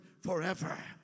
forever